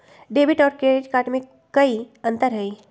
Debit और credit card में कई अंतर हई?